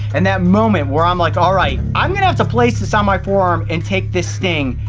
and that moment where i'm like alright, i'm gonna have to place this on my forearm and take this sting.